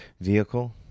vehicle